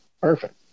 perfect